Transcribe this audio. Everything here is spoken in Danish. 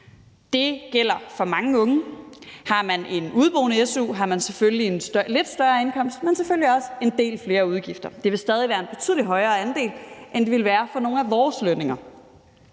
Det gælder for mange unge. Kl. 17:55 Har man en su for udeboende, har man selvfølgelig en lidt større indkomst, men selvfølgelig også en del flere udgifter. Det vil stadig være en betydelig højere andel, end det vil være af nogle af vores lønninger.